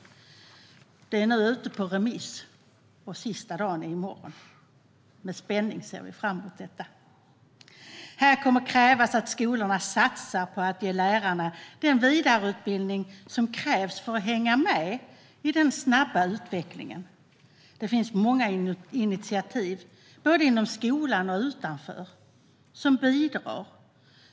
Det är nu ute på remiss, och sista dagen är i morgon. Vi ser med spänning fram mot det. Här kommer det att krävas att skolorna satsar på att ge lärarna den vidareutbildning som krävs för att hänga med i den snabba utvecklingen. Det finns många initiativ både inom skolan och utanför som bidrar.